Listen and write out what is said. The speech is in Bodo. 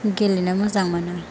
गेलेनो मोजां मोनो